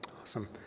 Awesome